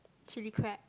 chilli crab